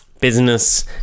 business